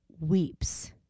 Weeps